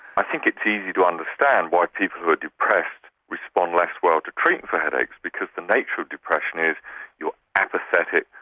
i think it's easy to understand why people who are depressed respond less well to treatment for headaches because the nature of depression is you're apathetic,